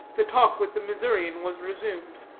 the talk with the missourian was resumed.